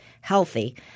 healthy